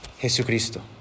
Jesucristo